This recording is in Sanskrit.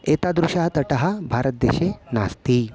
एतादृशः तटः भारतदेशे नास्ति